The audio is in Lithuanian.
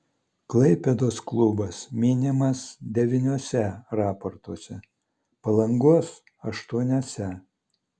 klaipėdos klubas minimas devyniuose raportuose palangos aštuoniuose